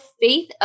faith